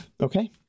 Okay